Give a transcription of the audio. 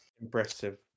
impressive